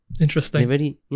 Interesting